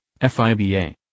FIBA